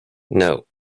note